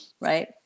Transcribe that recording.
right